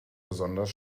besonders